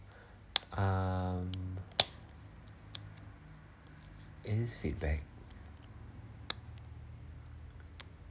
um is feedback